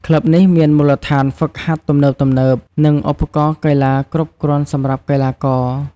ក្លឹបនេះមានមូលដ្ឋានហ្វឹកហាត់ទំនើបៗ និងឧបករណ៍កីឡាគ្រប់គ្រាន់សម្រាប់កីឡាករ។